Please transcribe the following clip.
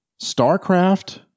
Starcraft